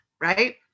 right